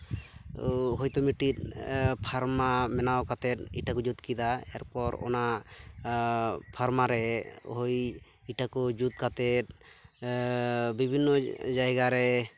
ᱦᱳᱭᱛᱳ ᱢᱤᱫᱴᱤᱱ ᱯᱷᱟᱨᱢᱟ ᱵᱮᱱᱟᱣ ᱠᱟᱛᱮᱫ ᱤᱴᱟᱹ ᱠᱚ ᱡᱩᱛ ᱠᱮᱫᱟ ᱮᱨᱯᱚᱨ ᱚᱱᱟ ᱯᱷᱟᱨᱢᱟ ᱨᱮ ᱦᱳᱭ ᱤᱴᱟᱹ ᱠᱚ ᱡᱩᱛ ᱠᱟᱛᱮᱫ ᱵᱤᱵᱷᱤᱱᱱᱚ ᱡᱟᱭᱜᱟ ᱨᱮ